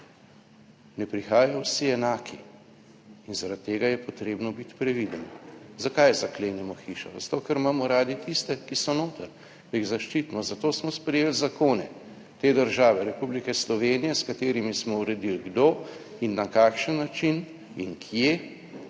Ne prihajajo vsi enaki in zaradi tega je potrebno biti previden. Zakaj zaklenemo hišo? Zato ker imamo radi tiste, ki so noter, da jih zaščitimo. Zato smo sprejeli zakone te države Republike Slovenije, s katerimi smo uredili kdo in na kakšen način in kje